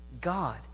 God